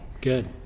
good